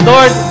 Lord